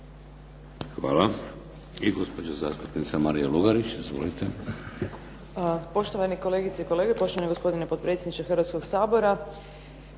Hvala. I gospođa zastupnica Marija Lugarić. Izvolite.